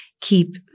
keep